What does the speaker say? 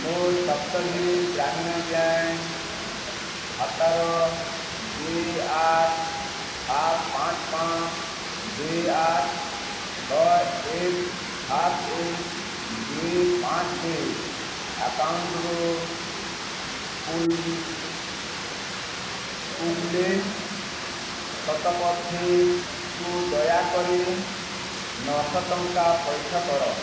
ମୋ ସପ୍ତଗିରି ଗ୍ରାମୀଣ ବ୍ୟାଙ୍କ୍ ଖାତାର ଦୁଇ ଆଠ ସାତ ପାଞ୍ଚ ପାଞ୍ଚ ଦୁଇ ଆଠ ଛଅ ଏକ ସାତ ଏକ ଦୁଇ ପାଞ୍ଚ ଦୁଇ ଆକାଉଣ୍ଟରୁ ଶତପଥୀକୁ ଦୟାକରି ନଅଶହ ଟଙ୍କା ପଇଠ କର